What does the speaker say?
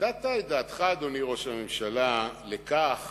נתת את דעתך, אדוני ראש הממשלה, לכך